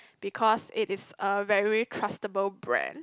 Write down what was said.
because it is a very trustable brand